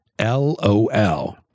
LOL